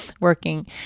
working